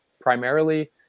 primarily